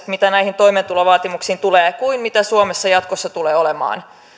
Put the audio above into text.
mitä näihin toimeentulovaatimuksiin tulee kuin suomessa jatkossa tulee olemaan